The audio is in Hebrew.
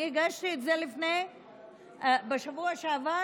אני הגשתי את זה בשבוע שעבר